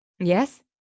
yes